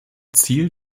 ziel